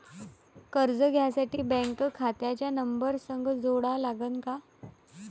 कर्ज घ्यासाठी बँक खात्याचा नंबर संग जोडा लागन का?